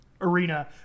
arena